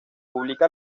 publica